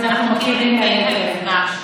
אז אנחנו מכירים היטב.